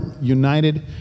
united